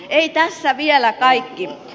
ei tässä vielä kaikki